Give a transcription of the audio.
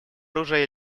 оружия